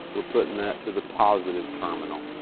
we're puttin' that to the positive terminal.